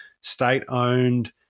state-owned